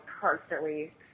constantly